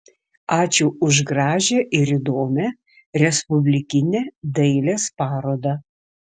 ačiū už gražią ir įdomią respublikinę dailės parodą